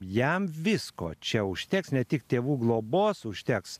jam visko čia užteks ne tik tėvų globos užteks